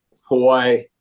Hawaii